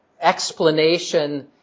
explanation